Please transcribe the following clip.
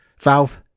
valve,